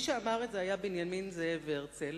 מי שאמר את זה היה בנימין זאב הרצל,